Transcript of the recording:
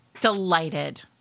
Delighted